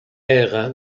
aire